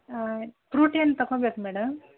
ಹಾಂ ಫ್ರೊಟ್ ಏನು ತಗೋಬೇಕು ಮೇಡಮ್